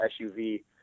SUV